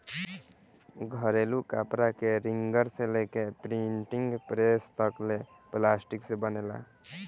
घरेलू कपड़ा के रिंगर से लेके प्रिंटिंग प्रेस तक ले प्लास्टिक से बनेला